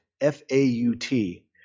F-A-U-T